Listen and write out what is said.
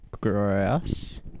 Grass